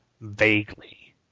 Vaguely